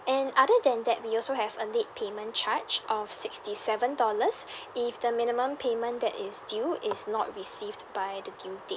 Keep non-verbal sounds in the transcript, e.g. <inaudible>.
and other than that we also have a late payment charge of sixty seven dollars <breath> if the minimum payment that is due is not received by the due date